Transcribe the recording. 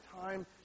time